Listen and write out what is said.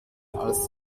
als